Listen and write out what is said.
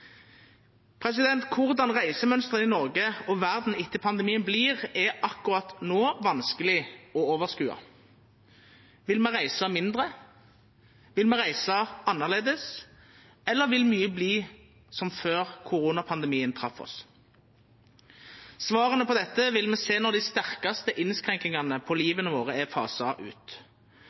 Korleis reisemønsteret i Noreg og verda etter pandemien vert, er akkurat no vanskeleg å ha oversyn over. Vil me reisa mindre, vil me reisa annleis, eller vil mykje verta som før koronapandemien trefte oss? Svara på dette vil me sjå når dei sterkaste innskrenkingane på livet vårt er fasa ut,